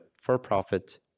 for-profit